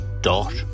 dot